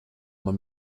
man